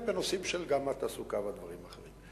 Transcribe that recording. גם בנושאים של התעסוקה והדברים האחרים.